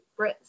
Brits